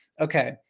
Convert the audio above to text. okay